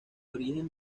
origen